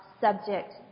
subject